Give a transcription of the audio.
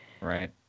Right